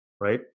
right